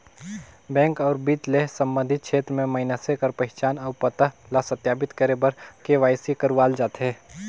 bank अउ बित्त ले संबंधित छेत्र में मइनसे कर पहिचान अउ पता ल सत्यापित करे बर के.वाई.सी करवाल जाथे